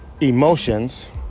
emotions